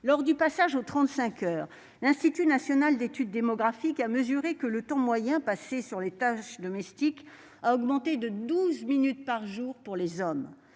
Lors du passage aux 35 heures, l'Institut national d'études démographiques (INED) a mesuré que le temps moyen consacré aux tâches domestiques avait augmenté de douze minutes par jour chez les hommes.